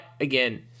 again